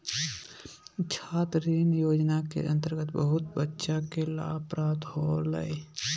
छात्र ऋण योजना के अंतर्गत बहुत बच्चा के लाभ प्राप्त होलय